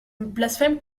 blasphème